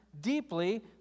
deeply